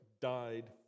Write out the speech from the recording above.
died